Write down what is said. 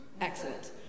Excellent